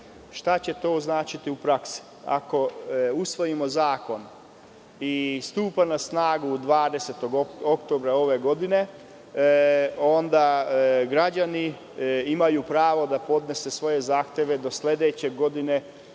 Šta će to značiti u praksi? Ako zakon stupa na snagu 20. oktobra ove godine, onda građani imaju pravo da podnesu svoje zahteve do 20. oktobra